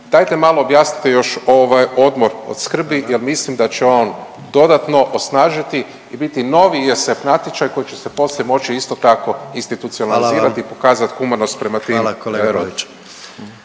Dajte malo objasnite još odmor od skrbi jer mislim da će on dodatno osnažiti i biti novi ISF natječaj koji će se poslije moći isto tako institucionalizirati … …/Upadica predsjednik: Hvala vam./…